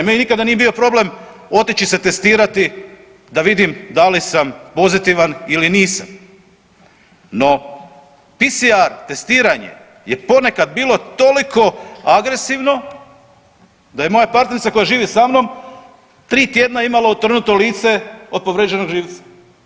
Meni nikada nije bio problem otići se testirati da vidim da li sam pozitivan ili nisam, no PCR testiranje je ponekad bilo toliko agresivno da je moja partnerica koja živi sa mnom 3 tjedna imala utrnuto lice od povrijeđenog živca.